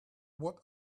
what